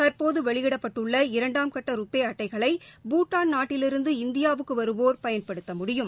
தற்போது வெளியிடப்பட்டுள்ள இரண்டாம் கட்ட ருபே அட்டைகளை பூட்டான் நாட்டிலிருந்து இந்தியாவுக்கு வருவோர் பயன்படுத்த முடியும்